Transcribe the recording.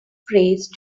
phrase